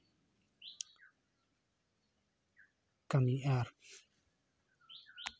ᱠᱟᱹᱢᱤᱭᱮᱫᱼᱟ ᱟᱨᱠᱤ